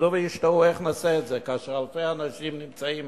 יעמדו וישתאו איך נעשה את זה כאשר אלפי אנשים נמצאים